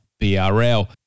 BRL